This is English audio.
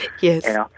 Yes